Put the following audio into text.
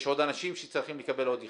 יש עוד אנשים שצריכים לקבל עוד יחידות?